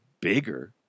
bigger